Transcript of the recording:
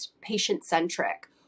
patient-centric